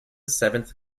seventh